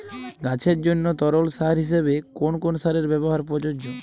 গাছের জন্য তরল সার হিসেবে কোন কোন সারের ব্যাবহার প্রযোজ্য?